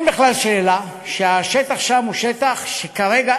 אין בכלל שאלה שהשטח שם הוא שטח שכרגע